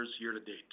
year-to-date